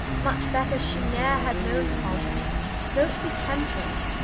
much better she ne're had knowne pompe though't be temporall,